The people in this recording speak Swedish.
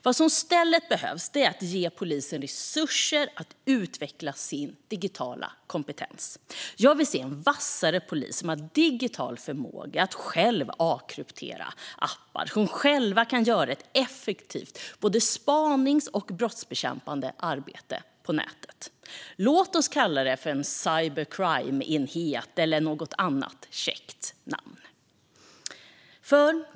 Vad som i stället behövs är att ge polisen resurser att utveckla sin digitala kompetens. Jag vill se en vassare polis som har digital förmåga att själv avkryptera appar och som själv kan göra ett effektivt både spanings och brottsbekämpande arbete på nätet. Låt oss kalla det en cyber crime-enhet eller ge det något annat käckt namn.